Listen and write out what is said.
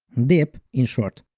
dip in short.